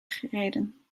gereden